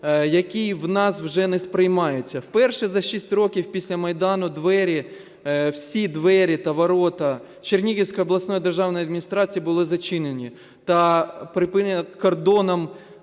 який у нас вже не сприймається. Вперше за 6 років після Майдану двері, всі двері та ворота Чернігівської обласної державної адміністрації були зачинені та перетнуті кордоном